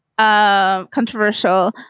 Controversial